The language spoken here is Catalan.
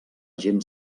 gent